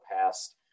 past